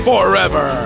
forever